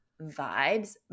vibes